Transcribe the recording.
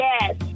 Yes